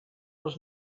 was